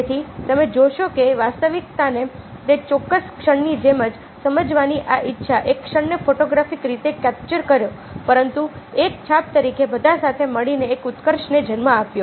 તેથી તમે જોશો કે વાસ્તવિકતાને તે ચોક્કસ ક્ષણની જેમ જ સમજવાની આ ઇચ્છા એક ક્ષણને ફોટોગ્રાફિક રીતે કેપ્ચર કરો પરંતુ એક છાપ તરીકે બધા સાથે મળીને એક ઉત્કર્ષ ને જન્મ આપ્યો